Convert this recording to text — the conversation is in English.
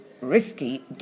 risky